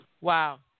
Wow